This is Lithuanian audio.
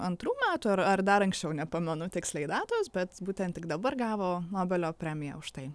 antrų metų ar ar dar anksčiau nepamenu tiksliai datos bet būtent tik dabar gavo nobelio premiją už tai